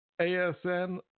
asn